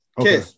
Okay